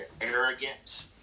arrogant